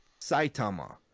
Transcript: Saitama